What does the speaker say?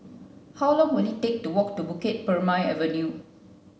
how long will it take to walk to Bukit Purmei Avenue